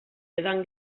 edan